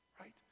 right